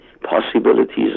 possibilities